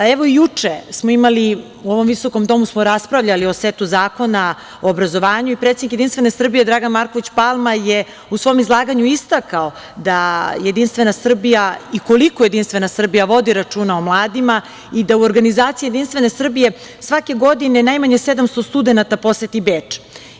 Evo, juče smo imali, u ovom visokom domu smo raspravljali o setu zakona o obrazovanju i predsednik Jedinstvene Srbije Dragan Marković Palma je u svom izlaganju istakao da Jedinstvena Srbija i koliko Jedinstvena Srbija vodi računa o mladima i da u organizaciji Jedinstvene Srbije svake godine najmanje 700 studenata poseti Beč.